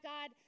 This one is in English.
God